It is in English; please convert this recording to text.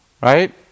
right